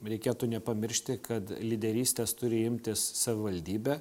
reikėtų nepamiršti kad lyderystės turi imtis savivaldybė